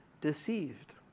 deceived